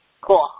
Cool